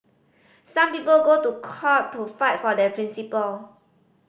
some people go to court to fight for their principle